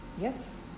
yes